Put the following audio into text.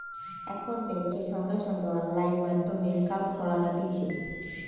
এখন বেংকে সঙ্গে সঙ্গে অনলাইন মাধ্যমে একাউন্ট খোলা যাতিছে